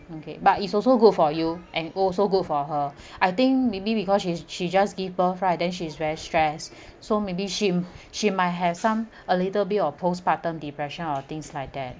okay but it's also good for you and also good for her I think maybe because she's she just gave birth right then she's very stress so maybe she she might have some a little bit of postpartum depression or things like that